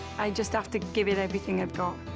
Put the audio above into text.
i just have to give it everything i've got.